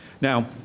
Now